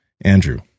andrew